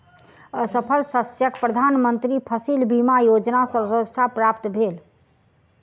असफल शस्यक प्रधान मंत्री फसिल बीमा योजना सॅ सुरक्षा प्राप्त भेल